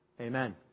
Amen